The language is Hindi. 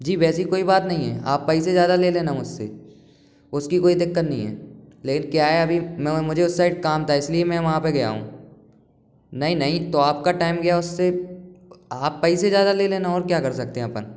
जी वैसी कोई बात नहीं है आप पैसे ज्यादा ले लेना मुझसे उसकी कोई दिक्कत नहीं है लेकिन क्या है अभी मुझे उस साइड काम था इसलिए मैं वहाँ पे गया हूँ नहीं नहीं तो आपका टाइम गया उससे आप पैसे ज्यादा ले लेना और क्या कर सकते हैं अपन